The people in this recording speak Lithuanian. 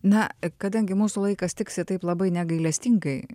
na kadangi mūsų laikas tiksi taip labai negailestingai